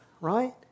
right